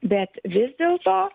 bet vis dėlto